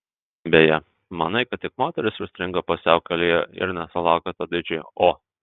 beje manai kad tik moterys užstringa pusiaukelėje ir nesulaukia to didžiojo o